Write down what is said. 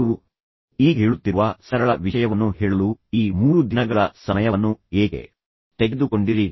ನೀವು ಈಗ ಹೇಳುತ್ತಿರುವ ಸರಳ ವಿಷಯವನ್ನು ಹೇಳಲು ಈ 3 ದಿನಗಳ ಸಮಯವನ್ನು ಏಕೆ ತೆಗೆದುಕೊಂಡಿರಿ